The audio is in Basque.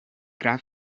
graf